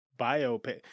Biopic